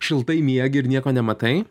šiltai miegi ir nieko nematai